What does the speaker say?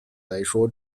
来说